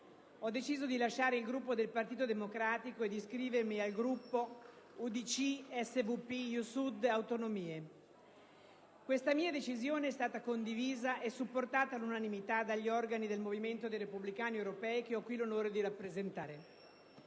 ho deciso di lasciare il Gruppo del Partito Democratico e di iscrivermi al Gruppo UDC, SVP, Io Sud e Autonomie. La mia decisione è stata condivisa e supportata all'unanimità dagli organi del Movimento dei Repubblicani Europei, che ho qui l'onore di rappresentare.